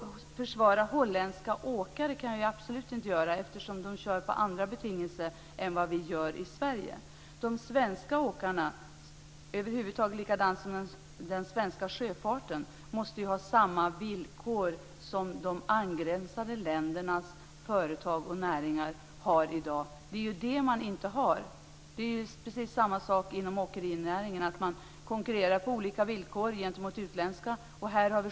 Försvara holländska åkare kan jag absolut inte göra, eftersom de kör under andra betingelser än vad vi gör i Sverige. De svenska åkarna, liksom den svenska sjöfarten, måste ha samma villkor som de angränsande ländernas företag och näringar har i dag. Det är ju det de inte har. Det är samma sak inom åkerinäringen, att de konkurrerar på olika villkor gentemot de utländska.